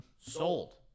Sold